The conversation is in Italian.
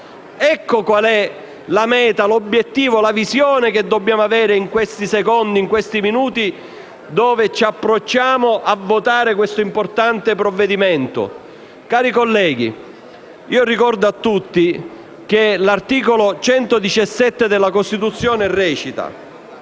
Ecco qual è la meta, l'obiettivo e la visione che dobbiamo avere in questi secondi e in questi minuti, in cui ci accingiamo a votare questo importante provvedimento. Cari colleghi, ricordo a tutti che l'articolo 117 della Costituzione recita